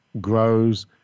grows